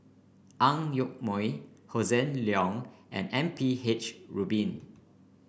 Ang Yoke Mooi Hossan Leong and M P H Rubin